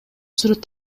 сүрөт